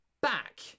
back